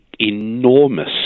enormous